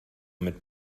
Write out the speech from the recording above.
mit